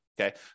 Okay